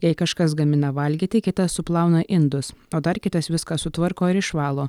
jei kažkas gamina valgyti kitas suplauna indus o dar kitas viską sutvarko ir išvalo